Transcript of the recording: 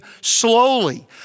slowly